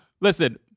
Listen